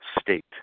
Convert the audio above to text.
state